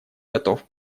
готов